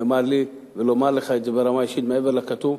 נאמר לי לומר לך את זה ברמה האישית מעבר לכתוב,